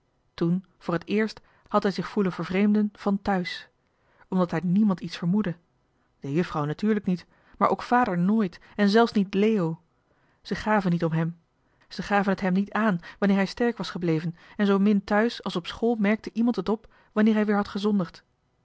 toen voor het eerst had hij zich voelen vervreemden van thuis omdat daar niemand iets vermoedde de juffrouw natuurlijk niet maar ook vader nooit en zelfs niet leo ze gaven niet om hem ze zagen het hem niet aan wanneer hij sterk was gebleven en zoo min thuis als op school merkte iemand het op wanneer hij weer had gezondigd